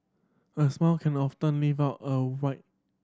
a smile can often lift up a